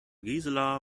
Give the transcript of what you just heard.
gisela